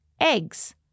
eggs